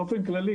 באופן כללי,